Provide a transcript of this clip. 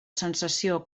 sensació